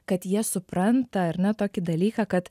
kad jie supranta ar ne tokį dalyką kad